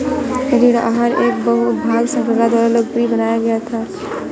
ऋण आहार एक बहु भाग श्रृंखला द्वारा लोकप्रिय बनाया गया था